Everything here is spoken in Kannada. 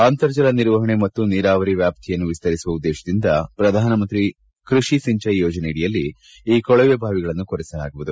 ಅಂತರ್ಜಲ ನಿರ್ವಹಣೆ ಮತ್ತು ನೀರಾವರಿ ವ್ಯಾಪ್ತಿಯನ್ನು ವಿಸ್ತರಿಸುವ ಉದ್ದೇಶದಿಂದ ಪ್ರಧಾನಮಂತ್ರಿ ಕೃಷಿ ಸಿಂಚಯ್ ಯೋಜನೆಯಡಿಯಲ್ಲಿ ಈ ಕೊಳವೆ ಬಾವಿಗಳನ್ನು ಕೊರೆಯಲಾಗುವುದು